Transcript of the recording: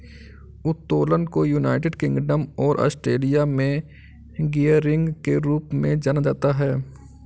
उत्तोलन को United Kingdom और ऑस्ट्रेलिया में गियरिंग के रूप में जाना जाता है